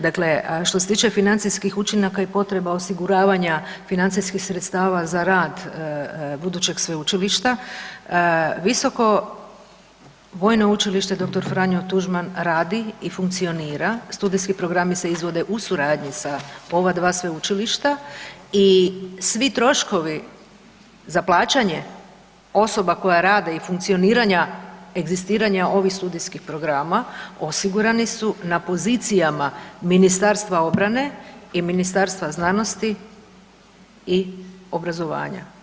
Dakle, što se tiče financijskih učinaka i potreba osiguravanja financijskih sredstava za rad budućeg sveučilišta, visoko Vojno učilište „Dr. Franjo Tuđman“ radi i funkcionira, studijski programi se izvode u suradnji sa ova dva sveučilišta i svi troškovi za plaćanje osoba koje rade i funkcioniranja egzistiranja ovih studijskih programa osigurani su na pozicijama Ministarstva obrane i Ministarstva znanosti i obrazovanja.